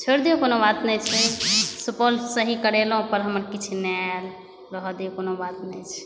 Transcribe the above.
छोड़ि दियौ कोनो बात नहि छै सभ सही करेलहुँ पर हमर किछु नहि आएल रहऽ दियौ कोनो बात नहि छै